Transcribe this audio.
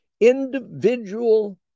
individual